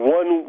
one